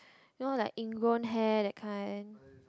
you know like in grown hair that kind